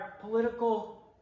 political